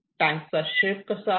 tank चा shape कसा आहे